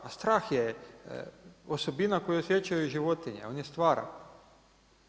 A strah je osobina koju osjećaju i životinje, on je stvaran.